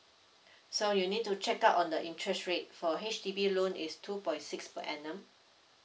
so you need to check out on the interest rate for H_D_B loan is two point six per annum